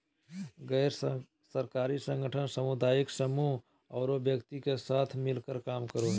गैर सरकारी संगठन सामुदायिक समूह औरो व्यक्ति के साथ मिलकर काम करो हइ